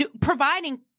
providing